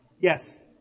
Yes